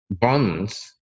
bonds